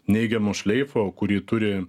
neigiamo šleifo kurį turi